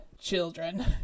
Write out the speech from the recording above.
children